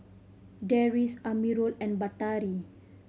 Deris Amirul and Batari